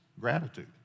gratitude